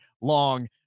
long